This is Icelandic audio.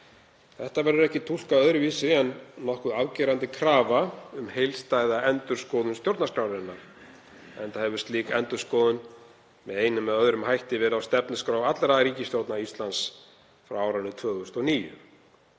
Þetta verður ekki túlkað öðruvísi en nokkuð afgerandi krafa um heildstæða endurskoðun stjórnarskrárinnar, enda hefur slík endurskoðun með einum eða öðrum hætti verið á stefnuskrá allra ríkisstjórna Íslands frá árinu 2009.